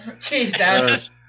Jesus